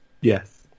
yes